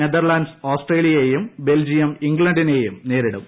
Netherlands ആസ്ട്രേലിയേയും Belgium ഇംഗ്ലണ്ടിനേയും നേരിടും